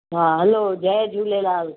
हा हलो जय झूलेलाल